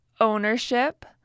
ownership